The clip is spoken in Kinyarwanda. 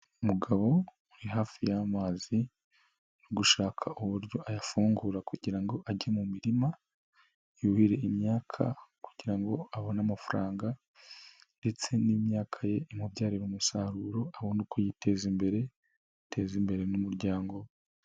Umugabo uri hafi y'amazi ari gushaka uburyo ayafungura kugira ngo ajye mu mirima yuhire imyaka kugira ngo abone amafaranga ndetse n'imyaka ye imubyarira umusaruro abona uko yiteza imbere, ateza imbere n'umuryango we.